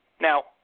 Now